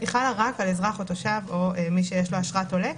חלה רק על אזרח או תושב או מי שיש לו אשרת עולה.